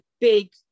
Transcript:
big